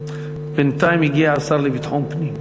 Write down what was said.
בינתיים הגיע השר לביטחון פנים.